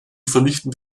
vernichtend